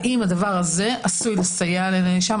האם הדבר הזה עשוי לסייע לנאשם,